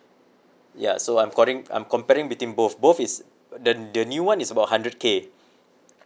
ya so I'm coring I'm comparing between both both is the the new one is about hundred K